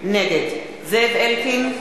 נגד זאב אלקין,